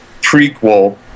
prequel